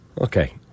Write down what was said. okay